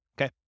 okay